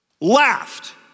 laughed